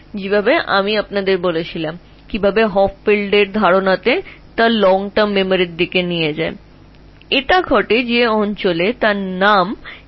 যেমন আমি বলেছিলাম যে হপফিল্ড কীভাবে দীর্ঘমেয়াদী স্মৃতির দিকে নিয়ে যায় এটি হিপোক্যাম্পাস নামক অঞ্চলে ঘটে